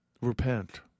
Repent